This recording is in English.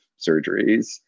surgeries